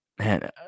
Man